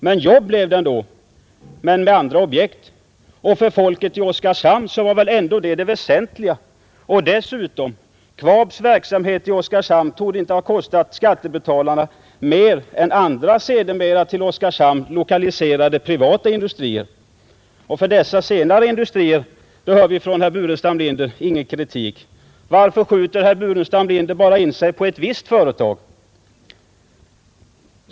Men jobb blev det ändå, fast med andra objekt. Och för folket i Oskarshamn var väl ändå detta det väsentliga. Och dessutom: KVAB:s verksamhet i Oskarshamn torde inte ha kostat skattebetalarna mer än andra sedermera till Oskarshamn lokaliserade privata industrier. Mot dessa senare industrier hör vi från herr Burenstam Linder ingen kritik. Varför skjuter herr Burenstam Linder bara in sig på ett visst företag?